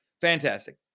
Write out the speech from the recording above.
fantastic